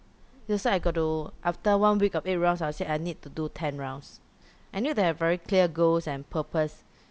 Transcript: that's why I got to after one week of eight rounds I would say I need to do ten rounds I need to have very clear goals and purpose